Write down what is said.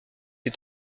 est